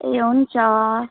ए हुन्छ